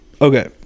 Okay